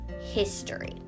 history